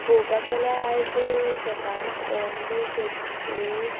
पळोवपाक गेल्यार आयज शेतान म्हाका म्हणजे शेत थंयू